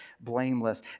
blameless